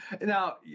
Now